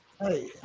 Hey